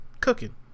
cooking